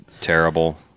terrible